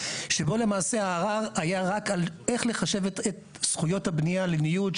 שבו למעשה הערר היה רק על איך לחשב את זכויות הבנייה לניוד,